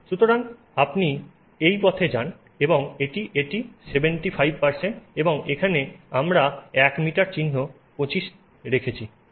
সুতরাং আপনি এই পথে যান এবং এটি এটি 75 এবং এখানে আমরা 1 মিটার চিহ্ন 25 রেখেছি